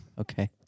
Okay